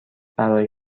برای